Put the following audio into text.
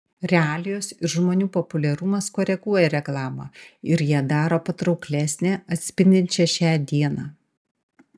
realijos ir žmonių populiarumas koreguoja reklamą ir ją daro patrauklesnę atspindinčią šią dieną